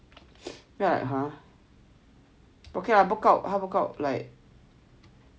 !huh! okay lah bookout like